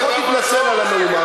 אז לפחות תתנצל על המהומה.